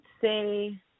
say